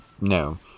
no